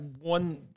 one